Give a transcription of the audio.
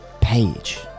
page